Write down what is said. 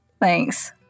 Thanks